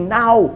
now